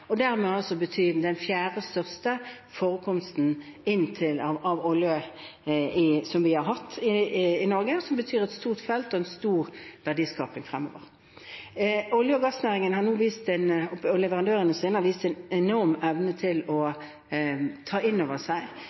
den fjerde største forekomsten av olje som vi har hatt i Norge, som betyr et stort felt og en stor verdiskaping fremover. Olje- og gassnæringen og leverandørindustrien har vist en enorm evne til å ta inn over seg